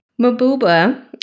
Mabuba